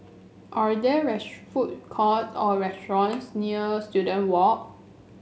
are there rest food court or restaurants near Student Walk